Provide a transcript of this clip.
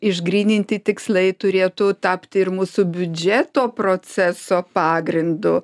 išgryninti tikslai turėtų tapti ir mūsų biudžeto proceso pagrindu